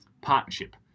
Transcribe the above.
partnership